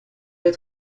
des